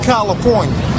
California